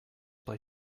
play